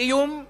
איום ביטחוני.